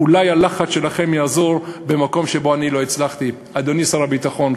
אולי הלחץ שלכם יעזור במקום שבו אני לא הצלחתי." אדוני שר הביטחון,